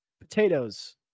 potatoes